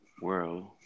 world